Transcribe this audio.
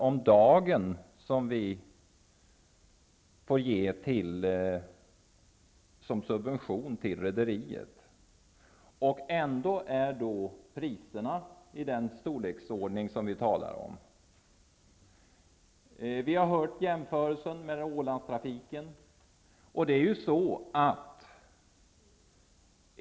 om dagen som vi får ge som subvention till rederiet. Ändå är priserna i den storleksordning som vi här hört talas om. Vi har också hört jämförelsen med Ålandstrafiken.